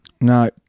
No